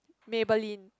Maybelline